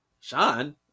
Sean